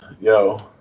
Yo